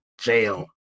jail